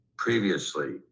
Previously